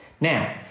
Now